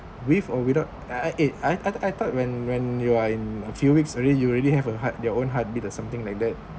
with or without I eh I I thought when when you are in a few weeks already you already have a heart their own heartbeat or something like that